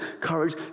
Courage